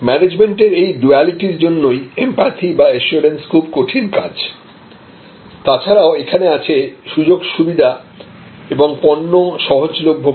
ম্যানেজমেন্টের এই ডুয়ালিটি এর জন্যই এমপ্যাথি বা এসিউরেন্স খুব কঠিন কাজ তাছাড়াও এখানে আছে সুযোগ সুবিধা এবং পণ্য সহজলভ্য করা